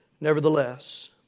nevertheless